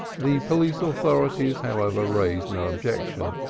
the police authorities, however, raised no objection,